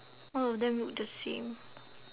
all of them look the same